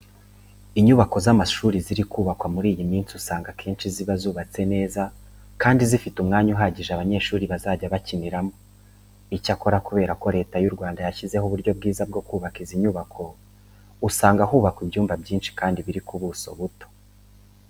Inyubako z'amashuri ziri kubakwa muri iyi minsi usanga akenshi ziba zubatse neza kandi zifite umwanya uhagije abanyeshuri bazajya bakiniramo. Icyakora kubera ko Leta y'u Rwanda yashyizeho uburyo bwiza bwo kubakamo izi nyubako, usanga hubakwa ibyumba byinshi kandi biri ku buso buto.